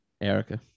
Erica